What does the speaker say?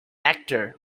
actor